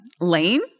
lane